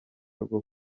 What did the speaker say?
rwo